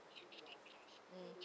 mm